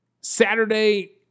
Saturday